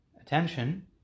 attention